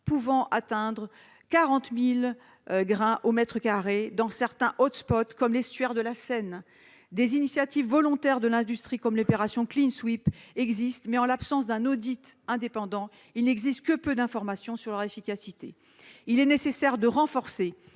pouvant atteindre 40 000 grains au mètre carré dans certains comme l'estuaire de la Seine. L'industrie prend des initiatives, telle l'opération Clean Sweep, mais, en l'absence d'un audit indépendant, il n'existe que peu d'informations sur leur efficacité. Il est nécessaire de renforcer